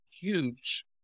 huge